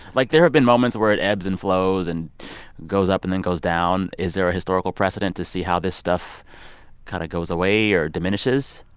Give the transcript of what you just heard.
like, there have been moments where it ebbs and flows and goes up and then goes down. is there a historical precedent to see how this stuff kind of goes away or diminishes?